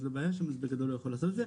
לו בעיה שם אז לדעתי הוא יכול לעשות את זה.